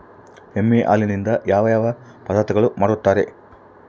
ಎಮ್ಮೆ ಹಾಲಿನಿಂದ ಯಾವ ಯಾವ ಪದಾರ್ಥಗಳು ಮಾಡ್ತಾರೆ?